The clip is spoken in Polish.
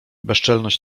bezczelność